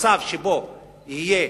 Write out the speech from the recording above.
מצב שבו יהיה